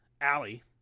Allie